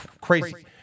Crazy